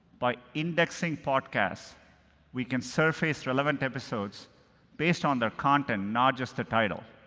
by indexing podcasts we can surface relevant episodes based on their content, not just the title.